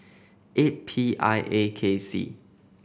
eight P I A K C